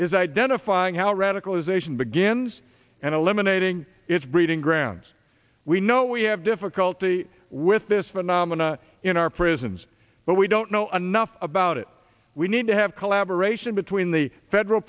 is identifying how radicalization begins and eliminating its breeding grounds we know we have difficulty with this phenomena in our prisons but we don't know enough about it we need to have collaboration between the federal